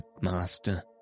master